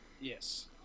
Yes